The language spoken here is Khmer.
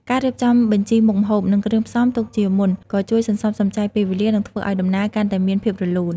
ការរៀបចំបញ្ជីមុខម្ហូប និងគ្រឿងផ្សំទុកជាមុនក៏ជួយសន្សំសំចៃពេលវេលា និងធ្វើឱ្យដំណើរកាន់តែមានភាពរលូន ។